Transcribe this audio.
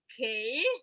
okay